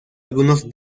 algunos